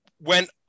went